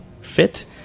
fit